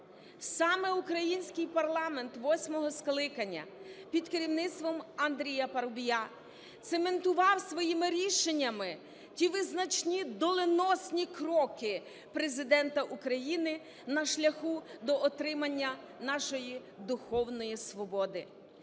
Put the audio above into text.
Саме український парламент восьмого скликання під керівництвом Андрія Парубія цементував своїми рішеннями ті визначні доленосні кроки Президента України на шляху до отримання нашої духовної свободи.